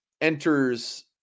enters